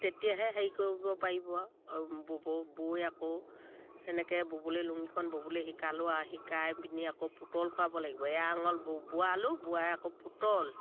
তেতিয়াহে হেৰি কৰিব পাৰিব ব'ব বৈ আকৌ সেনেকৈ ব'বলৈ লুঙিখন ব'বলৈ শিকালোঁ আৰু শিকাই পিনি আকৌ পুতল খোৱাব লাগিব এআঙুল বোৱালো বোৱা আকৌ পুতল